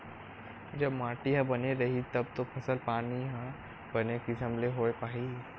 जब माटी ह बने रइही तब तो फसल पानी ह बने किसम ले होय पाही